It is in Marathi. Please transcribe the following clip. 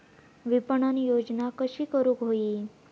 विपणन योजना कशी करुक होई?